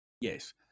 Yes